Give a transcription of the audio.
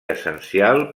essencial